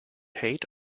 hate